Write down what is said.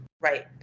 right